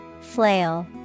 Flail